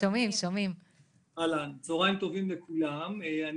צוהריים טובים לכולם.